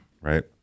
right